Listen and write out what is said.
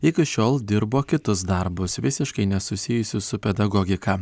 iki šiol dirbo kitus darbus visiškai nesusijusius su pedagogika